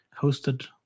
hosted